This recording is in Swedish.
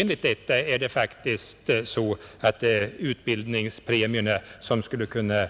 Enligt detta är det faktiskt så att utbildningspremierna skulle kunna